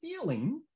feeling